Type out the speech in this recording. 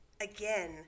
again